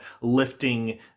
lifting